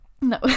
no